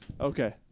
Okay